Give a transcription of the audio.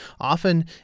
often